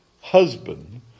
husband